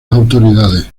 autoridades